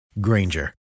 Granger